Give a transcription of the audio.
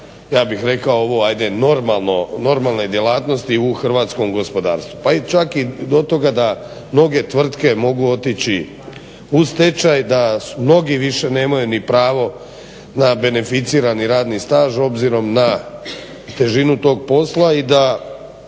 ja bih rekao ovu ajde normalne djelatnosti u Hrvatskom gospodarstvu, pa čak i do toga da mnoge tvrtke mogu otići u stečaj, da mnogi više ne maju ni pravo na beneficirani radni staž obzirom na težinu tog posla i da